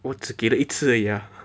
我只给了一次而已 uh